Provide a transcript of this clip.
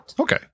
Okay